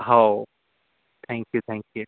how thank you thank you